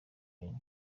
eng